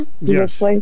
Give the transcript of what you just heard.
Yes